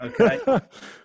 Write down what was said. Okay